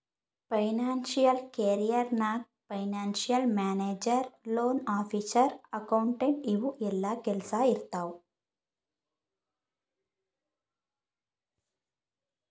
financial career ನಾಗ್ financial manager, loan officer, accountant ಇವು ಎಲ್ಲಾ ಕೆಲ್ಸಾ ಇರ್ತಾವ್